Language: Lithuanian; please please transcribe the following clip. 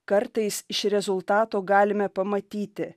kartais iš rezultato galime pamatyti